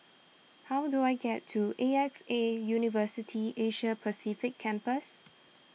how do I get to A X A University Asia Pacific Campus